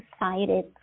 excited